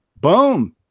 Boom